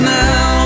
now